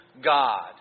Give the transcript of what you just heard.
God